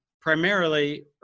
primarily